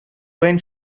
when